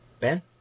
Ben